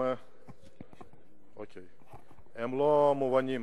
לא מובנים.